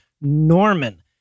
Norman